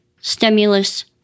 stimulus